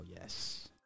Yes